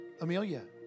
Amelia